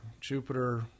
Jupiter